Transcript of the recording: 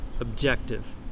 objective